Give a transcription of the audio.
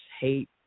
hate